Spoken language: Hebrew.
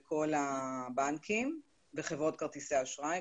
כל הבנקים וחברות כרטיסי האשראי,